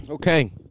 Okay